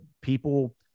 People